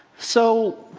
so